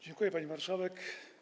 Dziękuję, pani marszałek.